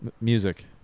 Music